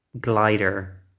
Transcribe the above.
Glider